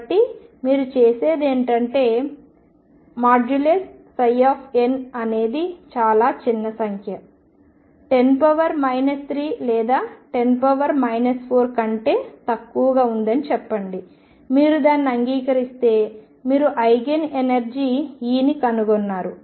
కాబట్టి మీరు చేసేది ఏమిటంటే N అనేది చాలా చిన్న సంఖ్య 10 3 లేదా 10 4 కంటే తక్కువగా ఉందని చెప్పండి మీరు దానిని అంగీకరిస్తే మీరు ఐగెన్ ఎనర్జీ Eని కనుగొన్నారు